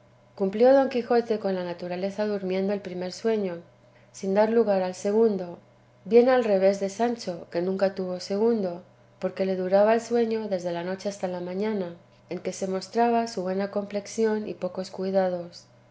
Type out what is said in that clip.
cumplió don quijote con la naturaleza durmiendo el primer sueño sin dar lugar al segundo bien al revés de sancho que nunca tuvo segundo porque le duraba el sueño desde la noche hasta la mañana en que se mostraba su buena complexión y pocos cuidados